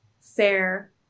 fair